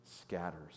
scatters